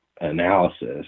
analysis